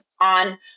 on